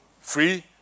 free